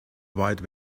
wide